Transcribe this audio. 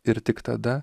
ir tik tada